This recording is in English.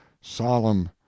solemn